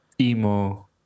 emo